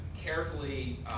carefully